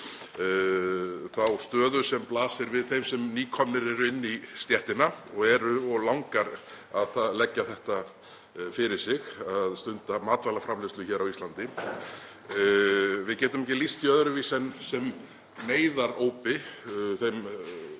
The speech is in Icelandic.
þá stöðu sem blasir við þeim sem nýkomnir eru inn í stéttina og langar að leggja það fyrir sig að stunda matvælaframleiðslu hér á Íslandi. Við getum ekki lýst því öðruvísi en sem neyðarópi, þeim